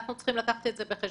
אנחנו צריכים לקחת את זה בחשבון.